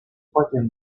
troisième